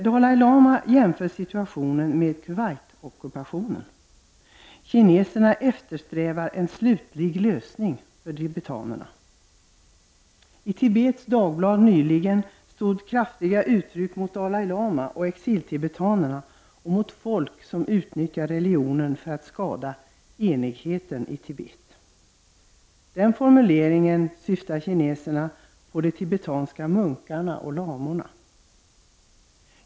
Dalai Lama jämför situationen med I Tibets dagblad uttrycktes nyligen i kraftiga ordalag kritik mot Dalai Lama och exiltibetanerna och mot folk, som utnyttjar relionen för att skada enigheten i Tibet. Med denna formulering syftade kineserna på de tibetanska munkarna och lamorna.